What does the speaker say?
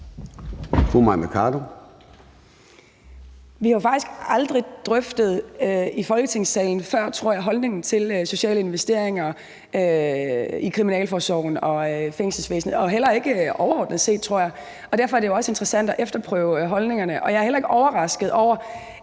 faktisk aldrig før i Folketingssalen, tror jeg, drøftet holdningen til sociale investeringer i kriminalforsorgen og fængselsvæsenet og heller ikke overordnet set, tror jeg, og derfor er det jo også interessant at efterprøve holdningerne. Jeg er heller ikke overrasket over